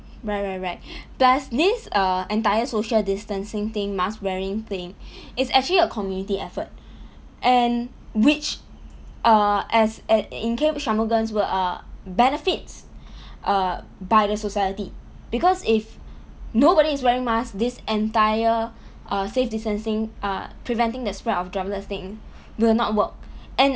right right right plus this uh entire social distancing thing mask wearing thing it's actually a community effort and which err as in in K shanmugam's words err benefits err by the society because if nobody is wearing mask this entire err safety distancing uh preventing the spread of droplets thing will not work and